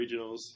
regionals